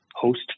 host